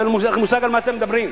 אין לכם מושג על מה אתם מדברים.